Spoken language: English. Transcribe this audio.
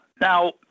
Now